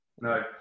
No